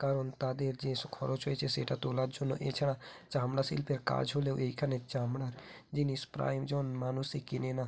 কারণ তাদের যে খরচ হয়েছে সেটা তোলার জন্য এছাড়া চামড়া শিল্পের কাজ হলেও এখানে চামড়ার জিনিস প্রায় জন মানুষই কেনে না